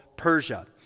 Persia